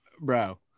Bro